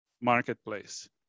marketplace